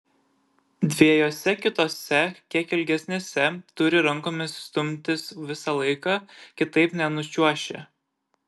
dviejose kitose kiek ilgesnėse turi rankomis stumtis visą laiką kitaip nenučiuoši